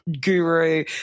guru